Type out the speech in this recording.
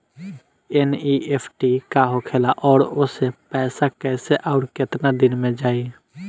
NEFT का होखेला और ओसे पैसा कैसे आउर केतना दिन मे जायी?